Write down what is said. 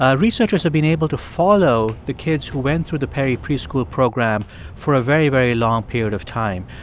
ah researchers have been able to follow the kids who went through the perry preschool program for a very, very long period of time.